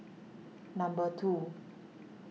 number two